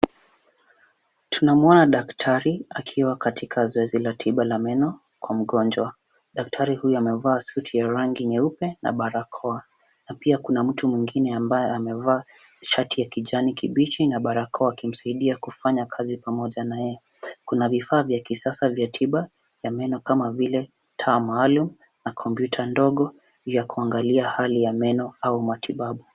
Tunamuona daktari akiwa katika zoezi la tiba la meno kwa mgonjwa. Daktari huyu amevaa suti ya rangi nyeupe na barakoa na pia kuna mtu mwingine ambaye amevaa shati ya kijani kibichi na barakoa akimsaidia kufanya kazi pamoja na yeye. Kuna vifaa vya kisasa vya tiba ya meno kama vile taa maalum na kompyuta ndogo ya kuangalia hali ya meno au matibabu.